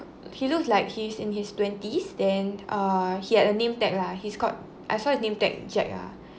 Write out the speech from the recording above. he looks like he's in his twenties then err he had a name tag lah he's called I saw his name tag jack ah